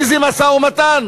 איזה משא-ומתן